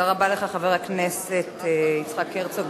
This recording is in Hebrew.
תודה רבה לך, חבר הכנסת יצחק הרצוג,